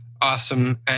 Awesome